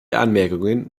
anmerkungen